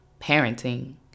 parenting